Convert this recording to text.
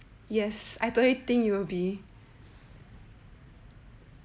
yes I totally think you will be